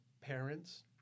parents